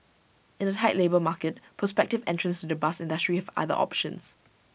in A tight labour market prospective entrants to the bus industry have other options